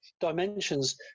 dimensions